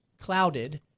clouded